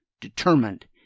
determined